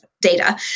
data